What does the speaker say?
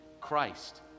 Christ